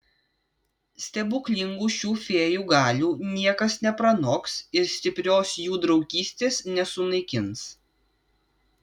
stebuklingų šių fėjų galių niekas nepranoks ir stiprios jų draugystės nesunaikins